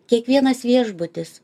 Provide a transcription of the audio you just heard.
kiekvienas viešbutis